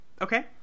Okay